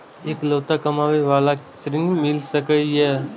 इकलोता कमाबे बाला के ऋण मिल सके ये?